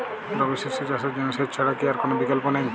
রবি শস্য চাষের জন্য সেচ ছাড়া কি আর কোন বিকল্প নেই?